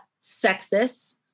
sexist